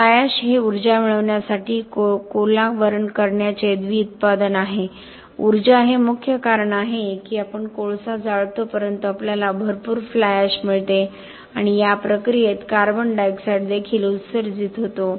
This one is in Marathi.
फ्लाय एश हे ऊर्जा मिळविण्यासाठी कोला बर्न करण्याचे द्वि उत्पादन आहे ऊर्जा हे मुख्य कारण आहे की आपण कोळसा जाळतो परंतु आपल्याला भरपूर फ्लाय एश मिळते आणि या प्रक्रियेत कार्बन डायॉक्साइड देखील उत्सर्जित होतो